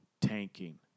tanking